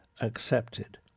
accepted